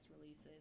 releases